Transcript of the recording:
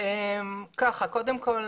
קודם כל,